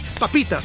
papitas